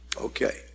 Okay